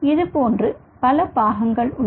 இது போன்று பல பாகங்கள் உள்ளன